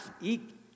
eat